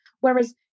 whereas